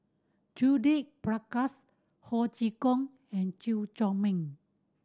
Judith Prakash Ho Chee Kong and Chew Chor Meng